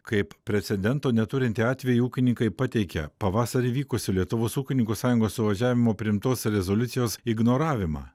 kaip precedento neturintį atvejį ūkininkai pateikė pavasarį vykusio lietuvos ūkininkų sąjungos suvažiavimo priimtos rezoliucijos ignoravimą